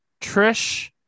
Trish